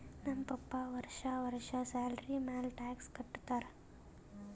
ನಮ್ ಪಪ್ಪಾ ವರ್ಷಾ ವರ್ಷಾ ಸ್ಯಾಲರಿ ಮ್ಯಾಲ ಟ್ಯಾಕ್ಸ್ ಕಟ್ಟತ್ತಾರ